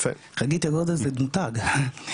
חגית יגודה זה מותג,